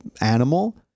animal